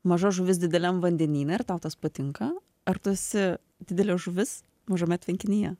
maža žuvis dideliam vandenyne ir tau tas patinka ar tu esi didelė žuvis mažame tvenkinyje